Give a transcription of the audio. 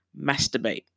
masturbate